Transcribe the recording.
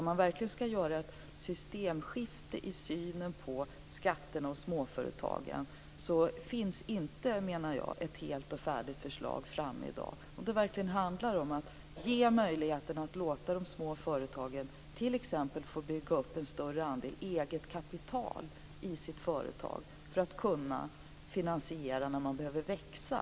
Om man verkligen skall åstadkomma ett systemskifte i synen på skatterna och småföretagen finns det inte, menar jag, ett helt förslag färdigt i dag, t.ex. när det gäller att ge de små företagen möjligheter att bygga upp en större andel eget kapital i sitt företag för att användas till finansiering när man behöver växa.